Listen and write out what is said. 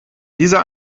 dieser